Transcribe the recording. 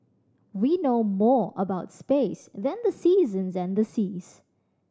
we know more about space than the seasons and the seas